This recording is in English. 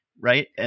Right